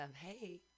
Hey